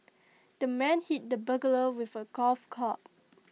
the man hit the burglar with A golf club